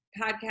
podcast